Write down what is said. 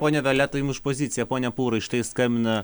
ponia violeta jum už poziciją pone pūrai štai skambina